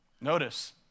Notice